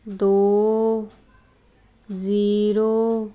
ਦੋ ਜੀਰੋ